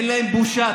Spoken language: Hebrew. אין להם בושה.